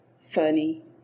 funny